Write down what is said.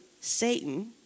Satan